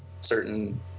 certain